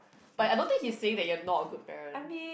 but I don't think he saying you're not a good parent